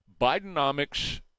Bidenomics